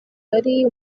ari